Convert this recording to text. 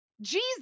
Jesus